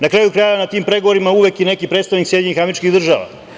Na kraju krajeva, na tim pregovorima uvek je neki predstavnik SAD.